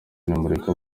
nimureke